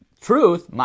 truth